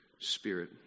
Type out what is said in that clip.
Spirit